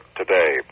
today